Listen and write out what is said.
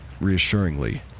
reassuringly